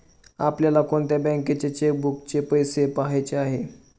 आपल्याला कोणत्या बँकेच्या चेकबुकचे पैसे पहायचे आहे?